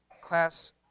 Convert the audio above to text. class